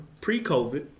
pre-COVID